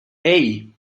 hey